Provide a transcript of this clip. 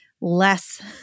less